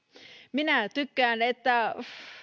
minä tykkään että